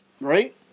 Right